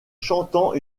chantant